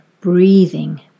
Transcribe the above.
breathing